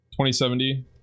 2070